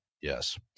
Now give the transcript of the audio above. yes